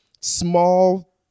small